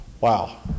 Wow